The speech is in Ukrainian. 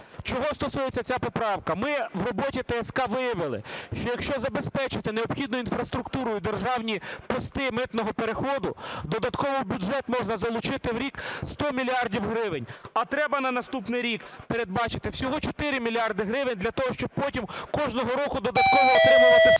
Чого стосується ця поправка? Ми в роботі ТСК виявили, що якщо забезпечити необхідною інфраструктурою державні пости митного переходу, додатково в бюджет можна залучити в рік 100 мільярдів гривень, а треба на наступний рік передбачити всього 4 мільярди гривень для того, щоб потім кожного року додатково отримувати 100. Ось де треба